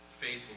faithful